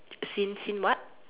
seen seen what